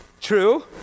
true